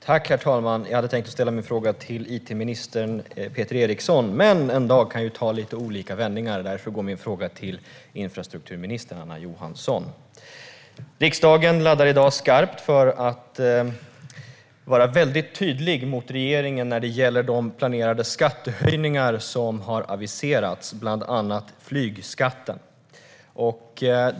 Herr talman! Jag hade tänkt ställa min fråga till it-minister Peter Eriksson, men en dag kan ta lite olika vändningar och därför går min fråga till infrastrukturminister Anna Johansson. Riksdagen laddar i dag skarpt för att vara väldigt tydlig mot regeringen när det gäller de planerade skattehöjningar som har aviserats, bland annat flygskatten.